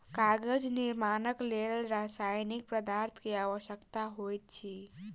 कागज निर्माणक लेल रासायनिक पदार्थ के आवश्यकता होइत अछि